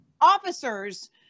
officers